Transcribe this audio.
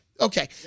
Okay